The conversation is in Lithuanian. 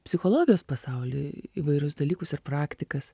psichologijos pasauly įvairius dalykus ir praktikas